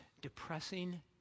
depressing